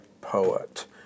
poet